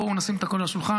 בואו נשים את הכול על השולחן,